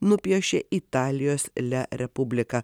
nupiešė italijos le republika